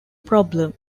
problem